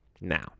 Now